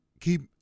keep